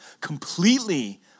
completely